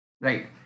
Right